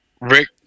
Rick